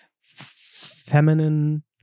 feminine